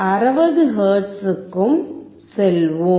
60 ஹெர்ட்ஸுக்கு செல்வோம்